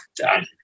done